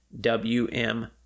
WM